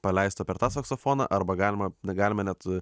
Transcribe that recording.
paleistą per tą saksofoną arba galima na galima net